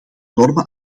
normen